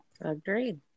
agreed